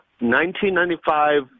1995